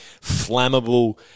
flammable